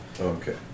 Okay